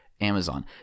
Amazon